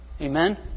Amen